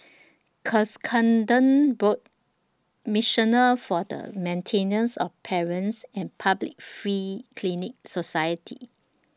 Cuscaden Road missioner For The Maintenance of Parents and Public Free Clinic Society